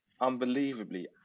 unbelievably